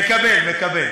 מקבל, מקבל.